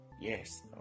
Yes